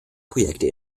projekte